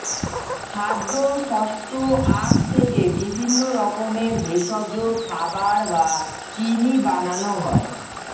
খাদ্য, শস্য, আখ থেকে বিভিন্ন রকমের ভেষজ, খাবার বা চিনি বানানো হয়